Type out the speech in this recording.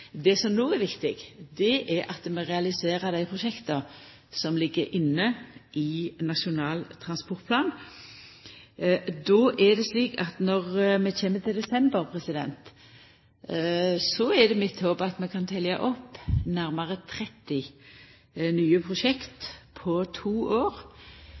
Det som no er viktig, er at vi realiserer dei prosjekta som ligg inne i Nasjonal transportplan. Når vi kjem til desember, er det mitt håp at vi kan telja opp nærare 30 nye prosjekt på to år,